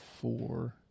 Four